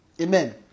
Amen